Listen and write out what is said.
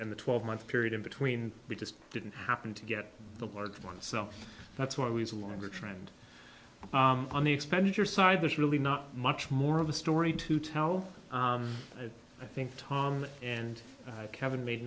in the twelve month period in between we just didn't happen to get the large ones so that's why we as a longer trend on the expenditure side there's really not much more of a story to tell and i think tom and kevin made